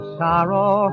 sorrow